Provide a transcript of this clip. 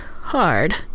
hard